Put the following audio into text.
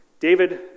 David